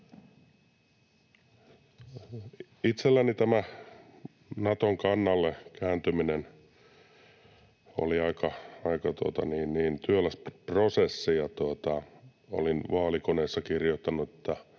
Itselläni tämä Naton kannalle kääntyminen oli aika työläs prosessi. Olin vaalikoneessa kirjoittanut, että